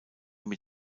mit